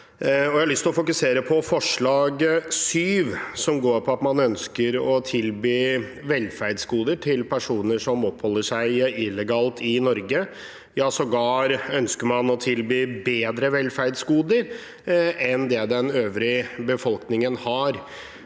til å fokusere på forslag nr. 7, som går på at man ønsker å tilby velferdsgoder til personer som oppholder seg illegalt i Norge, sågar ønsker man å tilby dem bedre velferdsgoder enn det den øvrige befolkningen har.